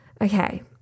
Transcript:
Okay